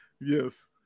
Yes